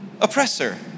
oppressor